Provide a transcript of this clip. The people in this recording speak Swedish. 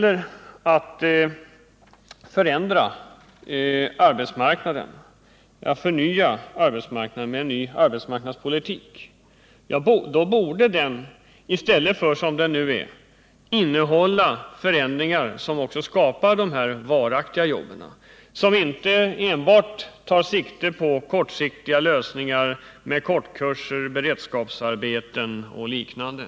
Om man vill förnya arbetsmarknaden, då bör man se till att arbetsmarknadspolitiken innehåller förslag till förändringar som skapar varaktiga jobb och inte föra en arbetsmarknadspolitik som enbart tar sikte på kortsiktiga lösningar med kortkurser, beredskapsarbeten och liknande.